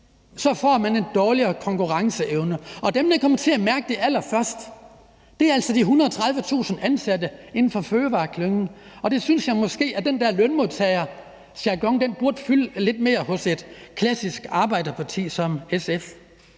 får de en dårligere konkurrenceevne. Dem, der kommer til at mærke det allerførst, er altså de 130.000 ansatte inden for fødevareklyngen. Og der synes jeg måske, at den der lønmodtagerjargon burde fylde lidt mere hos et klassisk arbejderparti som SF.